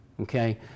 Okay